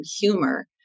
humor